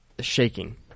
shaking